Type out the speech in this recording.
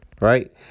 right